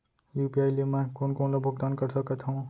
UPI ले मैं कोन कोन ला भुगतान कर सकत हओं?